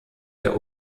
der